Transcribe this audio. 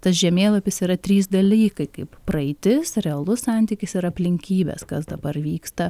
tas žemėlapis yra trys dalykai kaip praeitis realus santykis ir aplinkybės kas dabar vyksta